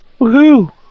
Woohoo